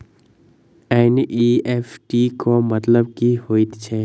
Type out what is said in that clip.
NEFT केँ मतलब की हएत छै?